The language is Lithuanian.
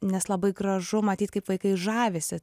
nes labai gražu matyt kaip vaikai žavisi